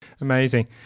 Amazing